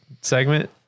segment